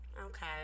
Okay